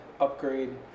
upgrade